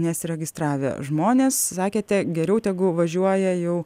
nesiregistravę žmonės sakėte geriau tegu važiuoja jau